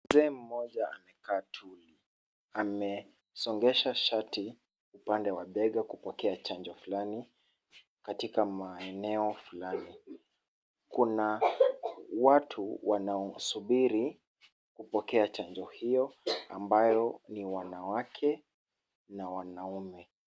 Mzee mmoja amekaa chini. Amesongesha shati upande wa bega kupokea chanjo fulani katika maeneo fulani. Kuna watu wanaosubiri kupokea chanjo hiyo ambao ni wanawake na wanaume.